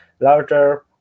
larger